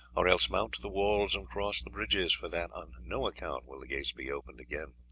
or else mount to the walls and cross the bridges, for that on no account will the gates be opened again.